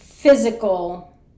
physical